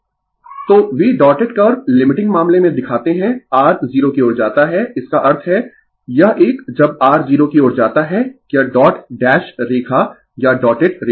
Refer slide Time 2708 तो वे dotted curve limiting मामले में दिखाते है R 0 की ओर जाता है इसका अर्थ है यह एक जब R 0 की ओर जाता है यह डॉट डैश रेखा या डॉटेड रेखा है